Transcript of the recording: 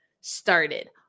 started